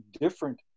different